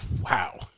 Wow